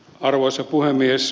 arvoisa puhemies